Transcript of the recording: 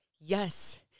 Yes